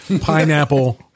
Pineapple